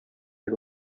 had